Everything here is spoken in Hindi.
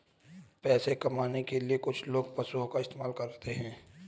पैसा कमाने के लिए कुछ लोग पशुओं का इस्तेमाल करते हैं